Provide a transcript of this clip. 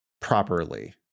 properly